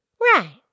Right